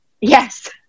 Yes